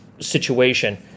situation